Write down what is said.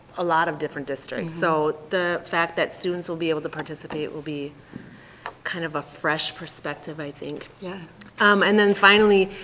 a lot of different districts so the fact that students will be able to participate will be kind of a fresh perspective, i think. yeah um and then finally,